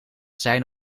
zijn